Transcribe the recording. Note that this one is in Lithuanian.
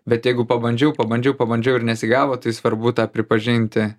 bet jeigu pabandžiau pabandžiau pabandžiau ir nesigavo tai svarbu tą pripažinti